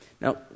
Now